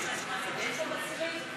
לשנת הכספים 2017,